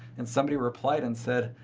and somebody replied and said,